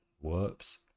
Whoops